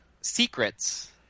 secrets